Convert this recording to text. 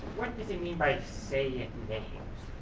what does it mean by saying